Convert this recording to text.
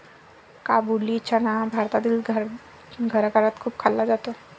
काबुली चना भारतातील घराघरात खूप खाल्ला जातो